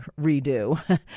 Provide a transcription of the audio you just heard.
redo